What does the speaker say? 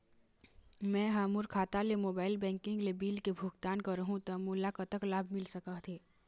मैं हा मोर खाता ले मोबाइल बैंकिंग ले बिल के भुगतान करहूं ता मोला कतक लाभ मिल सका थे?